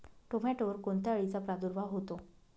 टोमॅटोवर कोणत्या अळीचा प्रादुर्भाव होतो?